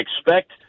expect